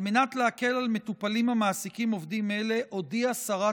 על מנת להקל על מטופלים המעסיקים עובדים אלה הודיעה שרת